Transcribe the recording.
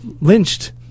lynched